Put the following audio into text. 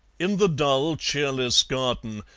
in the dull, cheerless garden,